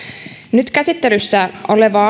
nyt käsittelyssä oleva